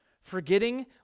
forgetting